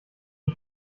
die